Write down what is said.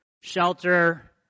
shelter